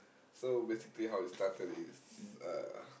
so basically how it started is uh